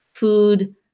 food